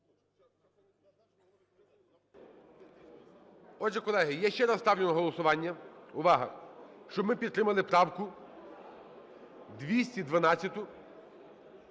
Отже, колеги, я ще раз ставлю на голосування, увага, щоб ми підтримали правку 212